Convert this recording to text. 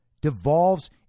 devolves